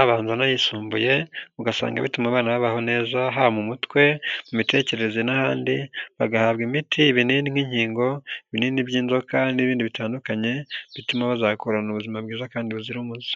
abanza, n'ayisumbuye ugasanga bituma abana babaho neza haba mu mutwe, mu mitekerereze n'ahandi bagahabwa imiti, ibinini, nk'inkingo ibinini by'inzoka n'ibindi bitandukanye bituma bazakuran ubuzima bwiza kandi buzira umuze.